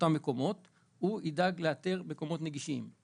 אותם מקומות הוא ידאג לאתר מקומות נגישים.